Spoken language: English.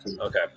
okay